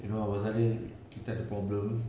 you know abang salim kita ada problem